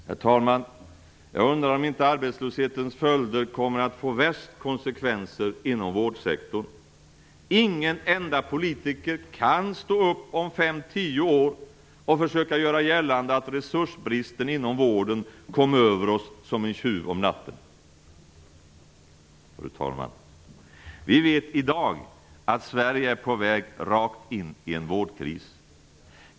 Fru talman! Jag undrar om inte arbetslösheten kommer att få värst konsekvenser inom vårdsektorn. Ingen enda politiker kan stå upp om fem, tio år och försöka göra gällande att resursbristen inom vården kom över oss som en tjuv om natten. Vi vet i dag att Sverige är på väg rakt in i en vårdkris.